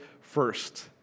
first